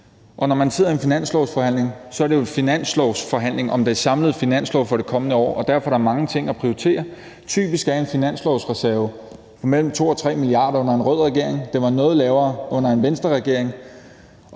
Når man sidder i en finanslovsforhandling, er det jo en finanslovsforhandling om den samlede finanslov for det kommende år, og derfor er der mange ting at prioritere. Typisk er en finanslovsreserve på mellem 2 og 3 mia. kr. under en rød regering, og det var et noget lavere beløb under Venstreregeringen,